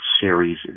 Series